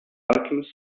alchemist